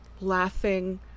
laughing